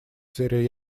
сфере